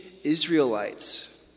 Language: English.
israelites